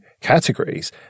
categories